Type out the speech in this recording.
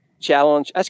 challenge